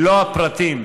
מלוא הפרטים